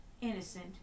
innocent